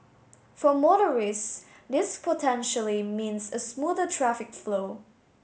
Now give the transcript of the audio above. for motorist this potentially means a smoother traffic flow